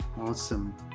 Awesome